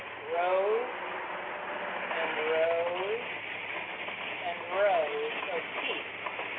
rows and rows and rows of teeth.